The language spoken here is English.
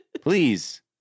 Please